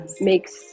makes